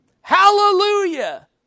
Hallelujah